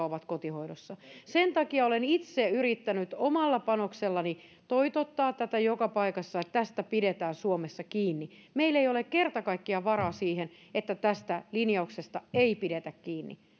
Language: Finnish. ovat kotihoidossa sen takia olen itse yrittänyt omalla panoksellani toitottaa tätä joka paikassa että tästä pidetään suomessa kiinni meillä ei ole kerta kaikkiaan varaa siihen että tästä linjauksesta ei pidetä kiinni